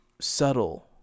subtle